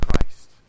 Christ